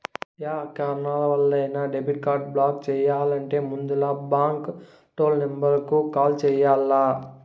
yeah కారణాలవల్లైనా debit card block చెయ్యాలంటే ముందల బాంకు టోల్ నెంబరుకు కాల్ చెయ్యాల్ల